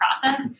process